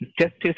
justice